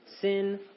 sin